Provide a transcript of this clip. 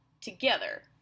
together